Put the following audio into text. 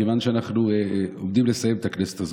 כיוון שאנחנו עומדים לסיים את הכנסת הזאת,